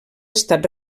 estat